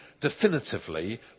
definitively